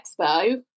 expo